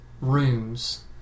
rooms